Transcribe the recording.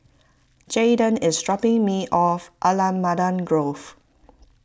Jaeden is dropping me off Allamanda Grove